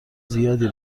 زیادی